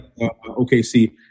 OKC